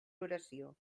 oració